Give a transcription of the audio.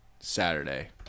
Saturday